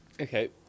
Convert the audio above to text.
Okay